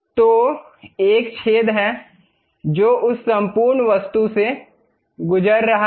तो एक छेद है जो उस संपूर्ण वस्तु से गुजर रहा है